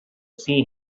see